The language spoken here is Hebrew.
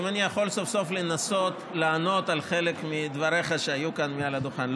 האם אני יכול סוף-סוף לענות על חלק מהדברים שהיו כאן מעל הדוכן?